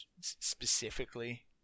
specifically